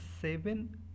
seven